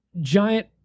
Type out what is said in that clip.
giant